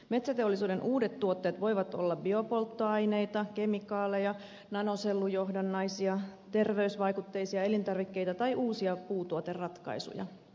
metsäteollisuuden uudet tuotteet voivat olla biopolttoaineita kemikaaleja nanosellujohdannaisia terveysvaikutteisia elintarvikkeita tai uusia puutuoteratkaisuja